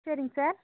சரிங்க சார்